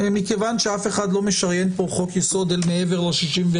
מכיוון שאף אחד לא משריין פה חוק יסוד מעבר ל-61,